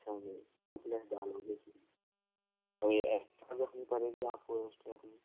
अच्छा जी ट्यूबलेस डालोगे इसमें ये एक्स्ट्रा रखनी पड़ेगी आपको एक स्टेपनी